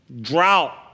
drought